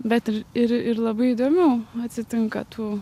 bet ir ir labai įdomių atsitinka tų